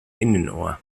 innenohr